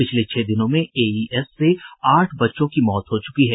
पिछले छह दिनों में एईएस से आठ बच्चों की मौत हो चुकी है